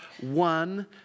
one